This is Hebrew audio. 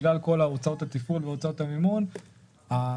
אבל בגלל כל הוצאות התפעול והוצאות המימון התשואה